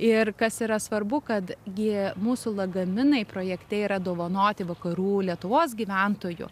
ir kas yra svarbu kad jie mūsų lagaminai projekte yra dovanoti vakarų lietuvos gyventojų